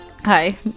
Hi